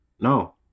No